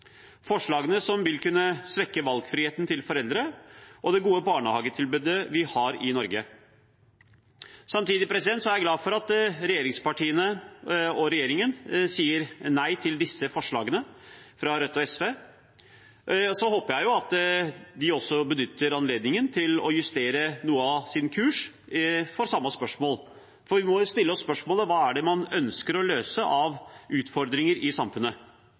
Forslagene vil kunne svekke valgfriheten til foreldre og det gode barnehagetilbudet vi har i Norge. Samtidig er jeg glad for at regjeringspartiene og regjeringen sier nei til disse forslagene fra Rødt og SV. Jeg håper at de også benytter anledningen til å justere noe av sin kurs i samme spørsmål, for vi må stille oss spørsmålet: Hva er det man ønsker å løse av utfordringer i samfunnet?